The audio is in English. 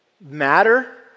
matter